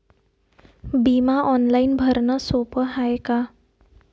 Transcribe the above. बिमा ऑनलाईन भरनं सोप हाय का?